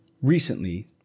recently